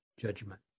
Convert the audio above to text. judgment